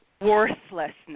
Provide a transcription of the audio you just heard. worthlessness